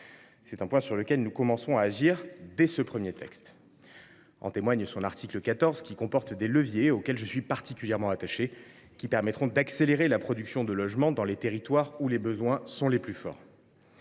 C’est un point sur lequel nous commençons à agir dès ce premier texte, comme en témoigne l’article 14 qui comporte des leviers, auxquels je suis particulièrement attaché, pour accélérer la production de logements dans les territoires où les besoins sont les plus forts.